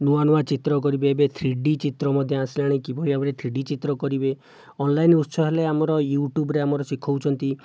ନୂଆ ନୂଆ ଚିତ୍ର କରିବେ ଏବେ ଥ୍ରୀଡି ଚିତ୍ର ମଧ୍ୟ ଆସିଲାଣି କିଭଳି ଭାବରେ ଥ୍ରୀଡି ଚିତ୍ର କରିବେ ଅନ୍ଲାଇନ୍ ଉତ୍ସ ହେଲେ ଆମର ୟୁଟ୍ୟୁବରେ ଆମର ଶିଖାଉଛନ୍ତି